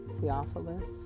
Theophilus